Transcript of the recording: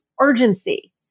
urgency